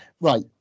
right